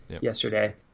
yesterday